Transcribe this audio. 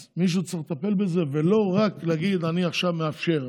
אז מישהו צריך לטפל בזה ולא רק להגיד: אני עכשיו מאפשר.